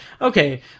okay